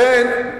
לכן,